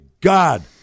God